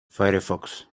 firefox